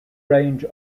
range